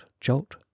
jolt